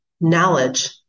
knowledge